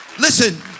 listen